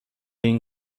این